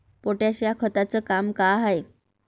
Potash या खताचं काम का हाय?